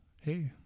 Hey